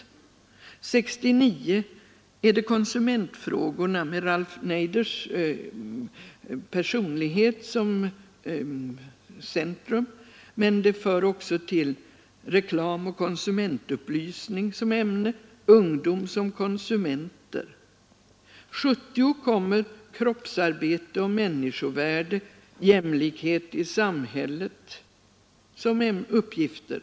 År 1969 är det konsumentfrågorna med Ralph Naders personlighet som centrum men de för också till reklamoch konsumentupplysning som ämne, ”Ungdom som konsumenter”. 1970 kommer ”Kroppsarbete och människovärde” och ”Jämlikhet i samhället” som uppgifter.